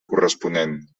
corresponent